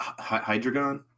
Hydreigon